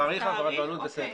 תאריך העברת בעלות, בסדר.